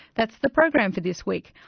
that's the program for this week.